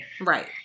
Right